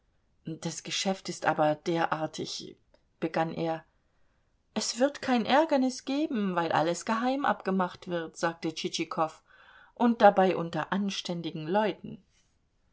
das geschäft ist aber derartig begann er es wird kein ärgernis geben weil alles geheim abgemacht wird sagte tschitschikow und dabei unter anständigen leuten